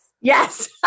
yes